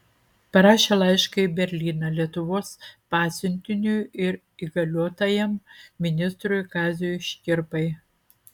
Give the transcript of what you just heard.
parašė laišką į berlyną lietuvos pasiuntiniui ir įgaliotajam ministrui kaziui škirpai